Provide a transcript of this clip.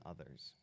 others